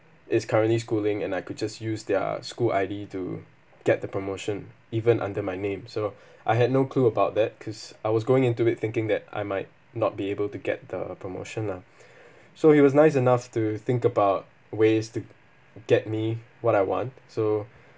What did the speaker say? is currently schooling and I could just use their school I_D to get the promotion even under my name so I had no clue about that cause I was going into it thinking that I might not be able to get the promotion lah so he was nice enough to think about ways to get me what I want so